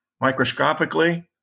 microscopically